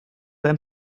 ein